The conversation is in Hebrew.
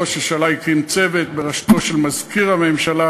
ראש הממשלה הקים צוות בראשותו של מזכיר הממשלה